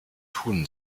tun